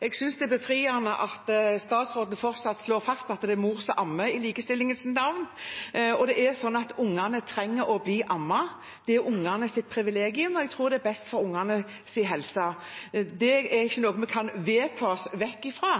Jeg synes det er befriende at statsråden slår fast at det fortsatt er mor som ammer, i likestillingens navn. Barna trenger å bli ammet, det er barnas privilegium, og jeg tror det er best for barnas helse. Det er ikke noe vi kan vedta oss vekk fra.